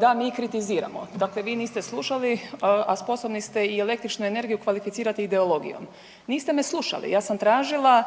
da mi kritiziramo, dakle vi niste slušali, a sposobni ste i električnu energiju kvalificirati ideologijom. Niste me slušali, ja sam tražila